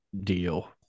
deal